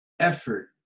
effort